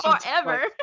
Forever